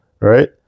right